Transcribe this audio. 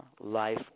life